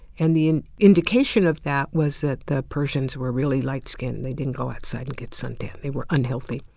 and the and indication of that was that the persians were really light-skinned. they didn't go outside and get suntanned. they were unhealthy.